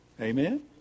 Amen